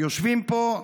היושבים פה,